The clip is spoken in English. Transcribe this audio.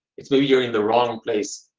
it's maybe you're in the wrong place.